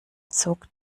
zog